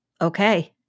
Okay